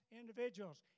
individuals